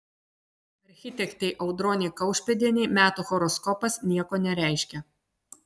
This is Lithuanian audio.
architektei audronei kaušpėdienei metų horoskopas nieko nereiškia